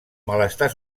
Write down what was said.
malestar